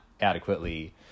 adequately